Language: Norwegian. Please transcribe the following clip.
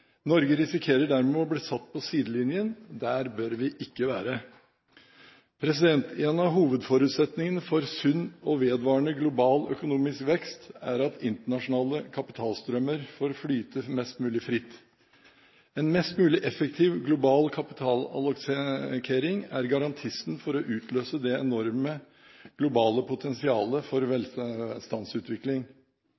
Norge risikerer dermed å bli satt på sidelinjen. Der bør vi ikke være. En av hovedforutsetningene for sunn og vedvarende global økonomisk vekst er at internasjonale kapitalstrømmer får flyte mest mulig fritt. En mest mulig effektiv global kapitalallokering er garantisten for å utløse det enorme globale potensialet for